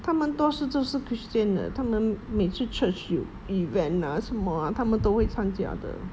他们多数就是 christian 的他们每次 church 有 event ah 什么 ah 他们都会参加的